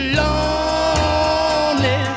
lonely